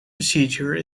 procedure